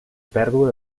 pèrdua